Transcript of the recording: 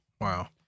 Wow